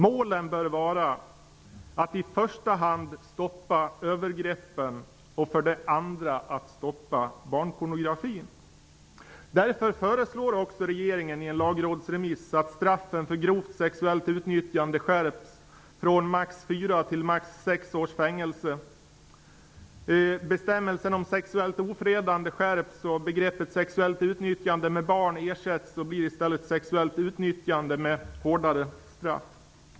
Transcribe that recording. Målen bör vara för det första att stoppa övergreppen, för det andra att stoppa barnpornografin. Därför föreslår också regeringen i en lagrådsremiss att straffen för grovt sexuellt utnyttjande skärps från max 4 till max 6 års fängelse. Bestämmelsen om sexuellt ofredande skärps, och begreppet sexuellt utnyttjande av barn ersätts och blir i stället sexuellt utnyttjande, med hårdare straff.